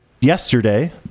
yesterday